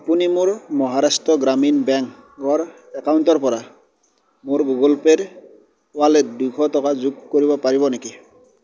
আপুনি মোৰ মহাৰাষ্ট্ৰ গ্ৰামীণ বেংকৰ একাউণ্টৰ পৰা মোৰ গুগল পে'ৰ ৱালেট দুইশ টকা যোগ কৰিব পাৰিব নেকি